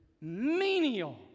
menial